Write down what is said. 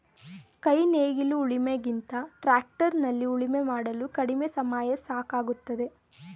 ಕೈ ನೇಗಿಲು ಉಳಿಮೆ ಗಿಂತ ಟ್ರ್ಯಾಕ್ಟರ್ ನಲ್ಲಿ ಉಳುಮೆ ಮಾಡಲು ಕಡಿಮೆ ಸಮಯ ಸಾಕಾಗುತ್ತದೆ